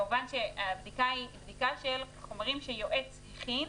כמובן שהבדיקה היא בדיקה של חומרים שיועץ הכין